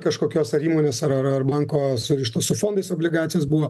kažkokios ar įmonės ar ar ar banko surištos su fondais obligacijos buvo